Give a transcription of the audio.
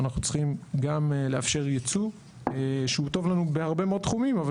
אנחנו צריכים גם לאפשר ייצוא שהוא טוב לנו בהרבה מאוד תחומים אבל